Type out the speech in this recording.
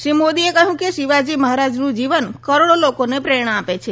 શ્રી મોદીએ કહ્યું કે શિવાજી મહારાજનું જીવન કરોડો લોકોને પ્રેરણા આપે છે